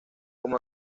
como